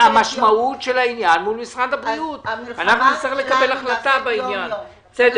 המלחמה שלנו נעשית יום יום.